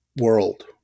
world